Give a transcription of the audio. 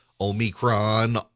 Omicron